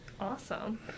Awesome